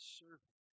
serving